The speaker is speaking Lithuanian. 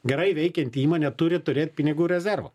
gerai veikianti įmonė turi turėt pinigų rezervą